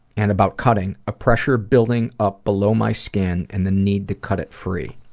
and about cutting a pressure building up below my skin and the need to cut it free.